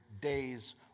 days